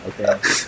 okay